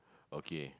okay